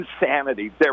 insanity